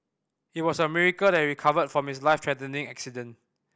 it was a miracle that he recovered from his life threatening accident